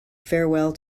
farewell